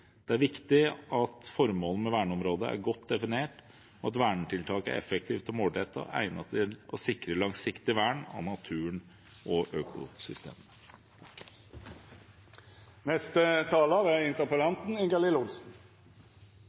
Det er viktig at formålet med verneområdet er godt definert, og at vernetiltaket er effektivt og målrettet og egnet til å sikre langsiktig vern av naturen og økosystemene. Takk for svaret, men jeg er